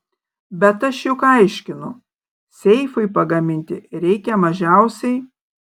bet aš juk aiškinu seifui pagaminti reikia mažiausiai